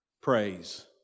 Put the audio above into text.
praise